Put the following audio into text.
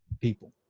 people